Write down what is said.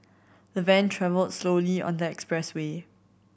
the van travelled slowly on the expressway